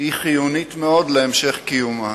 חיוניות מאוד להמשך קיומה,